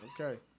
Okay